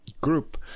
group